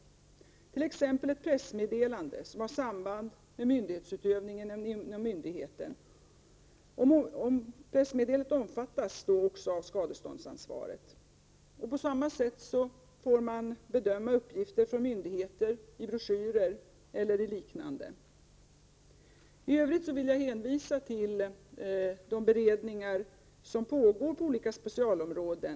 Ett pressmeddelande t.ex., som har samband med myndighetsutövningen inom myndigheten, omfattas också av skadeståndsansvaret. På samma sätt får man bedöma uppgifter från myndigheter i broschyrer eller liknande. I övrigt vill jag hänvisa till de beredningar som pågår på olika specialområden.